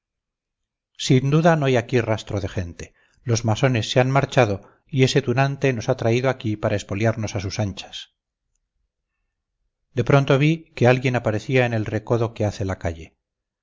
sin duda no hay aquí rastro de gente los masones se han marchado y ese tunante nos ha traído aquí para expoliarnos a sus anchas de pronto vi que alguien aparecía en el recodo que hace la calle